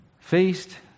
Feast